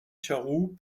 charroux